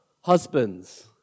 Husbands